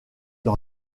dans